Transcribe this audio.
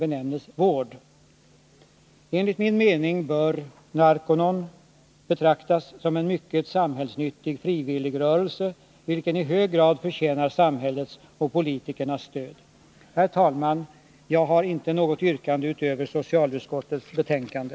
Enligt min mening 7 maj 1981 bör Narconon betraktas som en mycket samhällsnyttig frivilligrörelse, vilken i hög grad förtjänar samhällets och politikernas stöd. Kostnader för Herr talman! Jag har inte något yrkande.